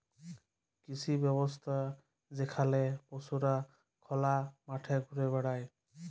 কৃষি ব্যবস্থা যেখালে পশুরা খলা মাঠে ঘুরে বেড়ায়